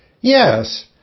Yes